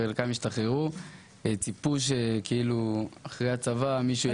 חלקם השתחררו וציפו שאחרי הצבא מישהו ילווה אותם.